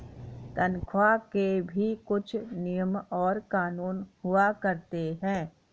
तन्ख्वाह के भी कुछ नियम और कानून हुआ करते हैं